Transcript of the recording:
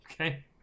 Okay